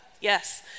yes